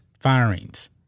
firings